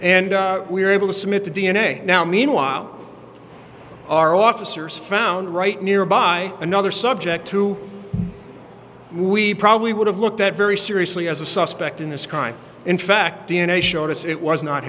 and we're able to submit to d n a now meanwhile our officers found right nearby another subject to we probably would have looked at very seriously as a suspect in this crime in fact d n a showed us it was not